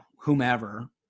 whomever